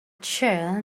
chér